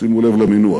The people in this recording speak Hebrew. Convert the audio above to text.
שימו לב למינוח: